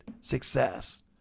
success